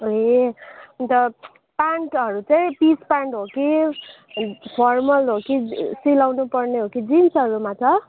ए अन्त प्यान्टहरू चाहिँ पिस प्यान्ट हो कि फर्मल हो कि सिलाउनु पर्ने हो कि जिन्सहरूमा छ